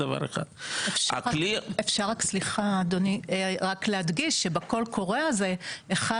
אני רק רוצה להדגיש שבקול קורא הזה אחד